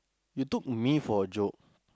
you took me for a joke